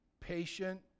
patient